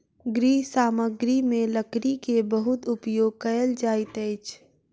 गृह सामग्री में लकड़ी के बहुत उपयोग कयल जाइत अछि